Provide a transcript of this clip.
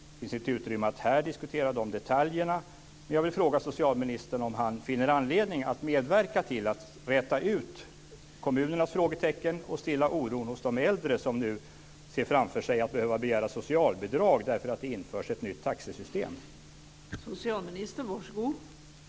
Det finns inte utrymme att här diskutera detaljerna, men jag vill fråga socialministern om han finner anledning att medverka till att räta ut kommunernas frågetecken och stilla oron hos de äldre som nu bekymrar sig för att behöva begära socialbidrag därför att ett nytt taxesystem införs.